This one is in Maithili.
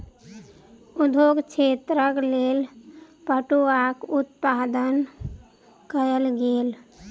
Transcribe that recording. उद्योग क्षेत्रक लेल पटुआक उत्पादन कयल गेल